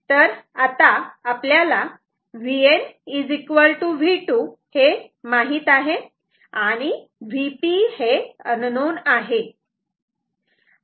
आता आपल्याला Vn V2 हे माहित आहे आणि Vp हे अननोन आहे